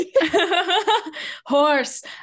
horse